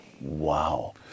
Wow